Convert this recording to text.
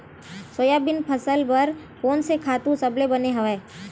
Soybean फसल बर कोन से खातु सबले बने हवय?